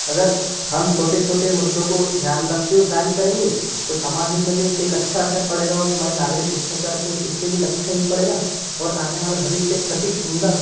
अगर हम छोटे छोटे मुद्दों को ध्यान में रखते हुए कार्य करेंगे तो समाज हित में भी एक एक अच्छा असर पड़ेगा और हमारे नागरिक शिष्टाचार के इस पर भी एक अच्छा हित पड़ेगा और आने वाला भविष्य एक सटीक सुन्दर